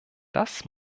das